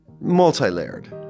multi-layered